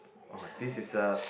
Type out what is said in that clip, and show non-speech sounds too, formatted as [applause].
oh this is a [noise]